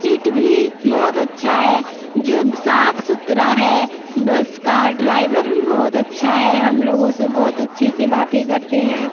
seat भी बहुत अच्छा है जो साफ सुथरा है बस का ड्राइवर भी बहुत अच्छा है हम लोगों से बहुत अच्छे से बातें करते हैं